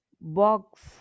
box